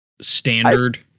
standard